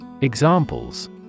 Examples